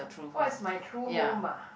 what is my true home ah